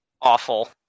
awful